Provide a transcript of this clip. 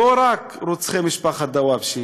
ולא רק רוצחי משפחת דוואבשה